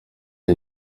ihr